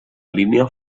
línia